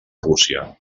rússia